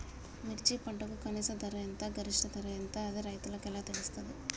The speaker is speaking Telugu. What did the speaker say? మిర్చి పంటకు కనీస ధర ఎంత గరిష్టంగా ధర ఎంత అది రైతులకు ఎలా తెలుస్తది?